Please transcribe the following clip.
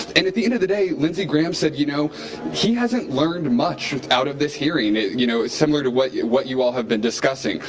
and at the end of the day lindsey graham said, you know he hasn't learned much out of this hearing. you know similar to what you what you all have been discussing.